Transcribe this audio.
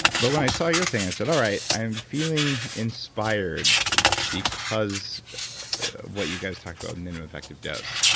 but when i saw your thing, i said, all right. i'm feeling inspired because what you guys talked about, minimum effective dose.